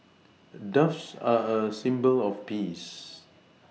doves are a symbol of peace